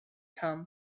come